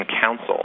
Council